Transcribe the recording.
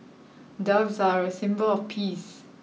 doves are a symbol of peace